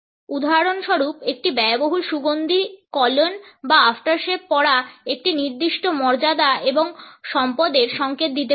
উদাহরণস্বরূপ একটি ব্যয়বহুল সুগন্ধি cologne বা aftershave পরা একটি নির্দিষ্ট মর্যাদা এবং সম্পদের সংকেত দিতে পারে